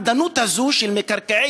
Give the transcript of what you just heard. מאיפה הקרקעות של רשות מקרקעי